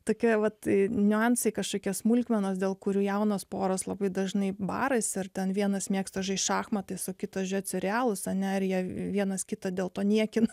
tokie vat niuansai kažkokios smulkmenos dėl kurių jaunos poros labai dažnai barais ar ten vienas mėgsta žaisti šachmatais o kitas žiūrėt serialus ane ir jie vienas kitą dėl to niekina